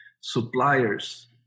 suppliers